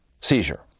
seizure